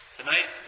Tonight